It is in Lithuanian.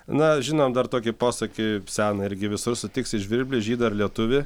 na žinom dar tokį posakį seną irgi visur sutiksi žvirblį žydą ar lietuvį